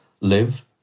live